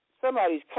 Somebody's